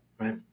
right